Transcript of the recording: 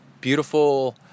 beautiful